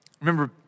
Remember